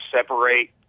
separate